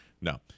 No